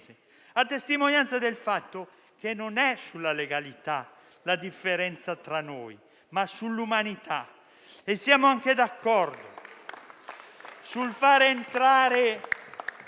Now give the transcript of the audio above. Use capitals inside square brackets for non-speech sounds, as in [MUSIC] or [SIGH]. a testimonianza del fatto che non è sulla legalità la differenza tra noi, ma sull'umanità. [APPLAUSE] E siamo anche d'accordo sul fare entrare